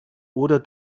oder